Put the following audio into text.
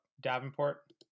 Davenport